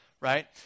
right